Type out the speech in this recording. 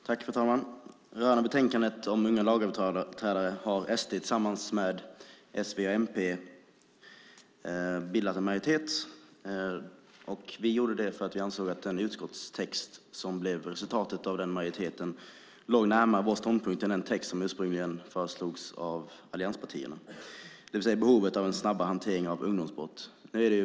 Fru talman! När det gäller betänkandet om unga lagöverträdare valde SD att bilda en majoritet tillsammans med S, V och MP. Vi gjorde det för att vi ansåg att den utskottstext som blev resultatet av denna majoritet låg närmare vår ståndpunkt än den text som allianspartierna ursprungligen föreslog. Det gällde behovet av en snabbare hantering av ungdomsbrott.